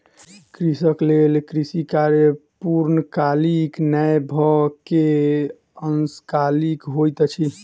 कृषक लेल कृषि कार्य पूर्णकालीक नै भअ के अंशकालिक होइत अछि